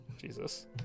Jesus